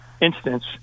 instance